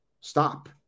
Stop